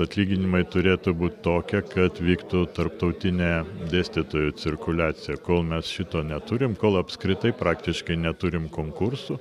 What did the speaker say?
atlyginimai turėtų būt tokie kad vyktų tarptautinė dėstytojų cirkuliacija kol mes šito neturim kol apskritai praktiškai neturim konkursų